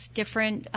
different